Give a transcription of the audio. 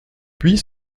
puis